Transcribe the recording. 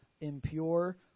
impure